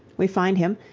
we find him,